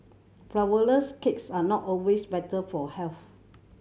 flourless cakes are not always better for health